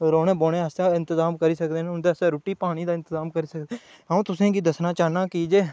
रौहने बौहने आस्तै इंतजाम करी सकने न उं'दे आस्तै रुट्टी पानी दा इंतजाम करी सकदे अं'ऊ तुसेंगी दस्सना चाहन्नां की जे